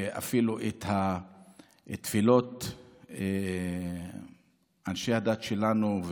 ואפילו את התפילות של אנשי הדת שלנו,